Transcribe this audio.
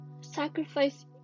sacrifice